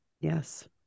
Yes